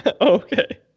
Okay